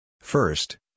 First